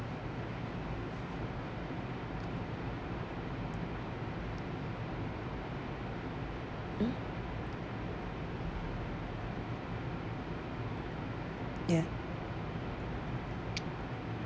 mm ya